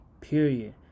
Period